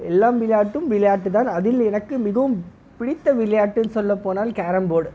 எல்லாம் விளையாட்டும் விளையாட்டுதான் அதில் எனக்கு மிகவும் பிடித்த விளையாட்டுனு சொல்லப்போனால் கேரம் போர்ட்